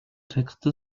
texte